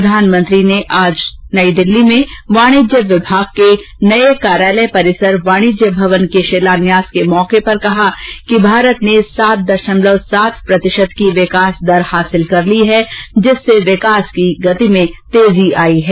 प्रधानमंत्री ने आज राजधानी दिल्ली में वाणिज्य विभाग के नए कार्यालय परिसर वाणिज्य भवन के शिलान्यास के मौके पर कहा कि भारत ने सात दशमलव सात प्रतिशत की विकास दर हासिल कर ली है जिससे विकास की गति में तेजी आयी है